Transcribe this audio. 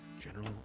general